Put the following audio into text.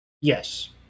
Yes